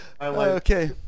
Okay